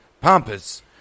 pompous